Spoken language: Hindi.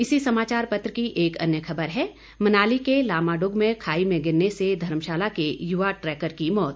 इसी समाचार पत्र की एक अन्य खबर है मनाली के लामाडुग में खाई में गिरने से धर्मशाला के युवा ट्रैकर की मौत